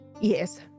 Yes